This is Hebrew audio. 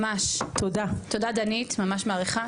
ממש, תודה דנית ממש מעריכה.